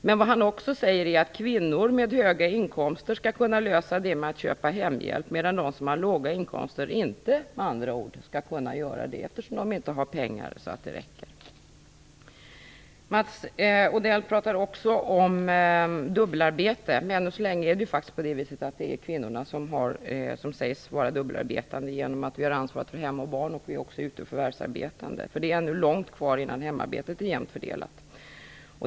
Men vad han också säger är att kvinnor med höga inkomster skall kunna köpa hemhjälp medan de som har låga inkomster inte skall kunna göra det, eftersom de inte har pengar så att det räcker. Mats Odell talar också om dubbelarbete. Men ännu så länge är det faktiskt kvinnorna som sägs vara dubbelarbetande genom att de har ansvaret också för hem och barn samtidigt som de är ute och förvärvsarbetar. Det är ännu långt kvar innan hemarbetet är jämnt fördelat.